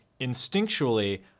instinctually